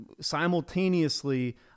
simultaneously